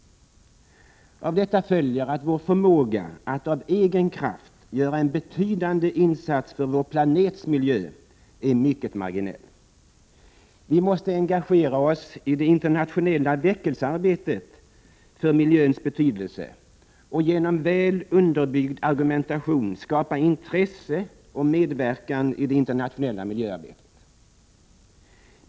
Av detta följer att vår förmåga att av egen kraft göra en betydande insats för vår planets miljö är mycket marginell. Vi måste engagera oss i det internationella väckelsearbetet för miljöns betydelse och genom väl underbyggd argumentation skapa intresse och medverkan i det internationella miljöarbetet.